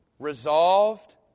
resolved